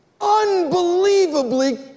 Unbelievably